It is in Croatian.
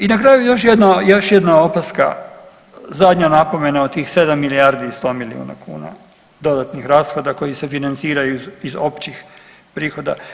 I na kraju još jedna opaska zadnja napomena od tih 7 milijardi i 100 milijuna kuna dodatnih rashoda koji se financiraju iz općih prihoda.